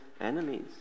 enemies